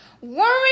Worry